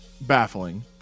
baffling